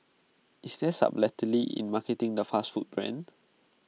is there subtlety in marketing the fast food brand